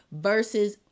versus